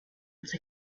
once